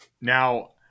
Now